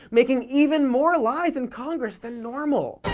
making even more lies in congress than normal!